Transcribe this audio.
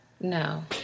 No